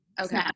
Okay